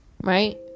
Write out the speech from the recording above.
right